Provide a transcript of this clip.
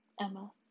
Emma